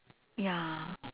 ya